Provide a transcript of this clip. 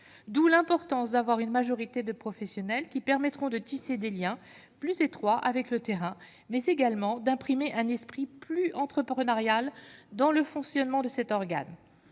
d'où l'importance d'avoir une majorité de professionnels qui permettront de tisser des Liens plus étroits avec le terrain, mais c'est également d'imprimer un esprit plus entreprenarial dans le fonctionnement de cet organe,